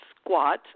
squat